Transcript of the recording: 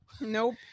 Nope